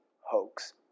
hoax